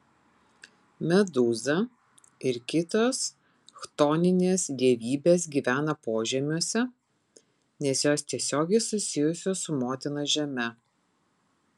medūza ir kitos chtoninės dievybės gyvena požemiuose nes jos tiesiogiai susijusios su motina žeme